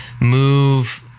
move